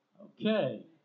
Okay